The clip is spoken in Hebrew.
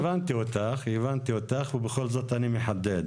גלית, הבנתי אותך ובכל זאת אני מחדד.